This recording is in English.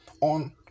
on